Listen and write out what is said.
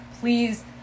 Please